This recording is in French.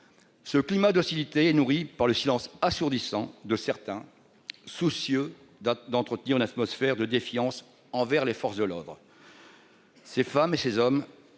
Ce climat d'hostilité nourrie par le silence assourdissant de certains soucieux. D'entretenir une atmosphère de défiance envers les forces de l'ordre. Ces femmes et ces hommes